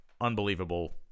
unbelievable